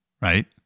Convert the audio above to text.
Right